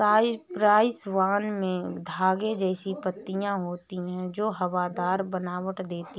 Cyprus vine में धागे जैसी पत्तियां होती हैं जो हवादार बनावट देती हैं